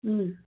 ꯎꯝ